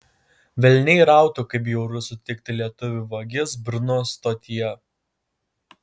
velniai rautų kaip bjauru sutikti lietuvių vagis brno stotyje